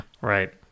Right